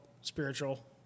spiritual